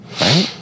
right